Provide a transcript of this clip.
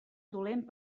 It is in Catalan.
dolent